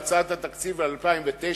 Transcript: בהצעת התקציב ל-2009,